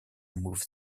move